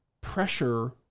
pressure